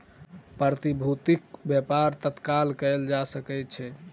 प्रतिभूतिक व्यापार तत्काल कएल जा सकै छै